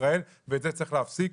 במדינת ישראל, ואת זה צריך להפסיק.